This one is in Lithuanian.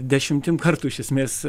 dešimtim kartų iš esmės